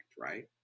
right